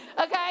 Okay